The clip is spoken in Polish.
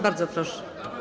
Bardzo proszę.